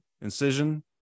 incision